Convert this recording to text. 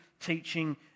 teaching